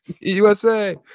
USA